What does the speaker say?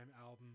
album